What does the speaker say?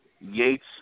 Yates